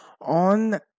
on